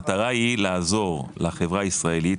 לעזור לחברה הישראלית,